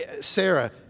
Sarah